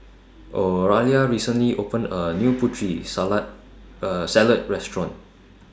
Oralia recently opened A New Putri Salad Restaurant